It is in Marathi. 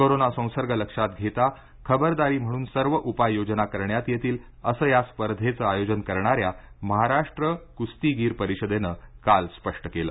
कोरोना संसर्ग लक्षात घेता खबरदारी म्हणून सर्व उपाययोजना करण्यात येतील असं या स्पर्धेचं आयोजन करणाऱ्या महाराष्ट्र कुस्तीगीर परिषदेनं काल स्पष्ट केलं